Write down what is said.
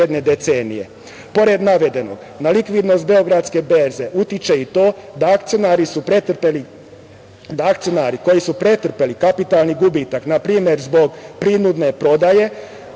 navedenog, na likvidnost beogradske berze utiče i to da akcionari koji su pretrpeli kapitalni gubitak, na primer zbog prinudne prodaje,